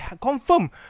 confirm